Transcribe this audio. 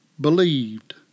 believed